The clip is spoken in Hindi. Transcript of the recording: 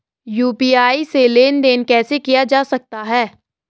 यु.पी.आई से लेनदेन कैसे किया जा सकता है?